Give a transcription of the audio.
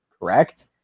correct